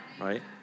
right